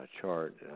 chart